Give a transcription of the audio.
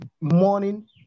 morning